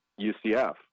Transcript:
UCF